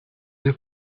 they